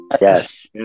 Yes